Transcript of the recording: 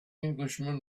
englishman